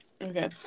Okay